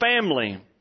family